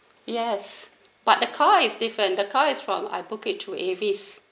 yes but the car is different the car is from I booked it through Avis